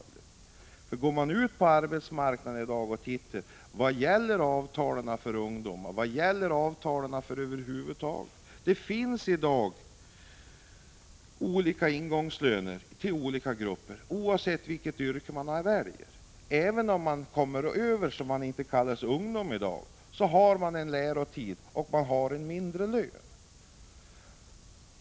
Om man studerar hur det är ute på arbetsmarknaden i dag och tar reda på vad avtalen för ungdomar — och även avtalen över huvud taget — gäller, finner man att det finns olika ingångslöner för olika grupper, oavsett vilket yrke man väljer. Även om man hör till dem som så att säga ligger överst på ålderslistan och inte kallas ungdom längre, har man en lärotid och lägre lön.